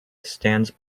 stands